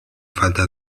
falta